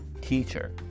teacher